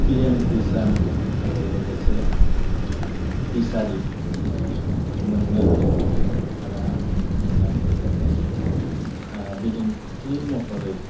PM Kisan आरो लोगोसे फिसारि मोननो हादों आरो आं बेखौ मोननानै गोजोनदों बिदिन्थि महरै